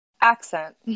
accent